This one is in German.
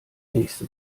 nächste